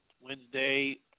Wednesday